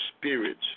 spirits